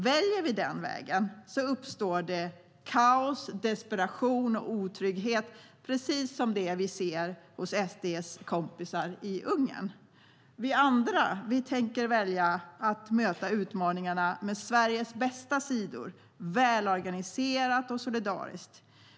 Väljer vi den vägen uppstår kaos, desperation och otrygghet precis som det vi ser hos SD:s kompisar i Ungern. Vi andra tänker välja att möta utmaningarna med Sveriges bästa sidor, välorganiserat och solidariskt.